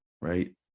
Right